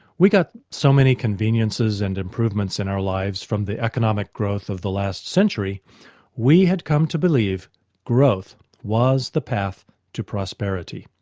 we got so many conveniences and improvements in our lives from the economic growth of the last century we had come to believe growth was the path to prosperity.